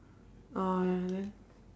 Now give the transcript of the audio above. orh ya then